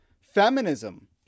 feminism